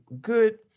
good